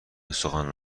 بسخن